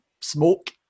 smoke